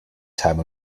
time